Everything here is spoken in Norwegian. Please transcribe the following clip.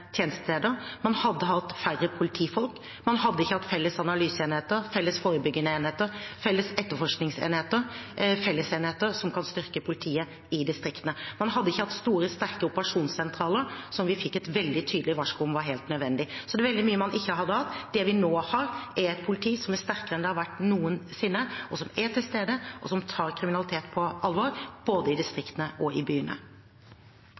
man hadde hatt færre politifolk. Man hadde ikke hatt felles analyseenheter, felles forebyggende enheter, felles etterforskningsenheter – felles enheter som kan styrke politiet i distriktene. Man hadde ikke hatt store, sterke operasjonssentraler, som vi fikk et veldig tydelig varsko om var helt nødvendig. Så det er veldig mye man ikke hadde hatt. Det vi nå har, er et politi som er sterkere enn det noensinne har vært, som er til stede, og som tar kriminalitet på alvor, både i distriktene og i byene.